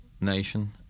nation